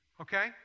Okay